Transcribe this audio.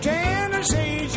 Tennessee